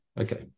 Okay